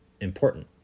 important